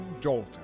Dalton